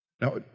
Now